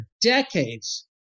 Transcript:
decades